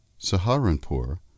Saharanpur